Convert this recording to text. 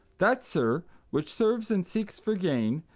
that sir which serves and seeks for gain,